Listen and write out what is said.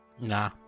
nah